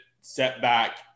setback